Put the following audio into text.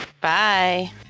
Bye